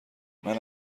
منم